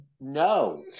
No